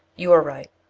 you are right,